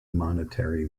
monetary